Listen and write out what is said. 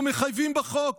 אנחנו מחייבים בחוק.